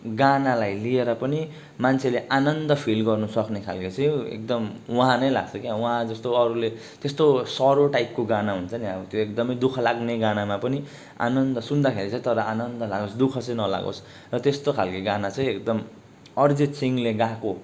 गानालाई लिएर पनि मान्छेले आनन्द फिल गर्नुसक्ने खालके चाहिँ एकदम उहाँ नै लाग्छ के उहाँ जस्तो अरूले त्यस्तो सरो टाइपको गाना हुन्छ नि अब त्यो एकदमै दुःख लाग्ने गानामा पनि आनन्द सुन्दाखेरि चाहिँ तर आनन्द लागोस् दुःख चाहिँ नलागोस् र त्यस्तै खालेको गाना चाहिँ एकदम अरिजित सिंहले गाएको